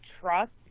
trust